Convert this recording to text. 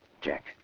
Jack